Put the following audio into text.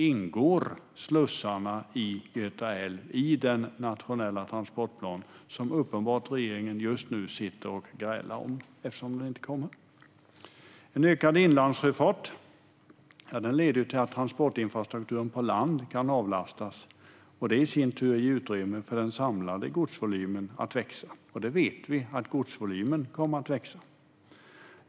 Ingår slussarna i Göta älv i den nationella transportplan som regeringen uppenbart grälar om just nu eftersom den inte kommer? En ökad inlandssjöfart leder till att transportinfrastrukturen på land kan avlastas. Det ger i sin tur utrymme för den samlade godsvolymen att växa, och vi vet att den kommer att växa.